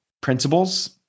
principles